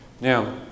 Now